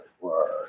Word